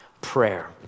prayer